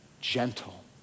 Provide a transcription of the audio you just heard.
gentle